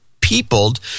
peopled